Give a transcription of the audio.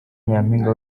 nyampinga